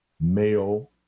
male